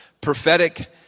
prophetic